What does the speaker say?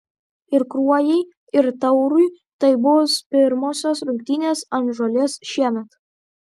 ir kruojai ir taurui tai bus pirmosios rungtynės ant žolės šiemet